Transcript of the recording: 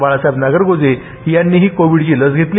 बाळासाहेब नागरगोजे यांनी कोविडची लस घेतली